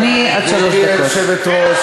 מי שנרשם, נרשם.